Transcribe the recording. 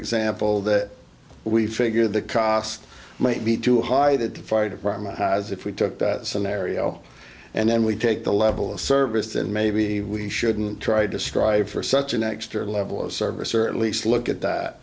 example that we figure the cost might be too high the fire department as if we took that scenario and then we take the level of service and maybe we shouldn't try to strive for such an extra level of service or at least look at that